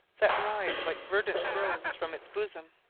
that rise like verdant groves from its bosom.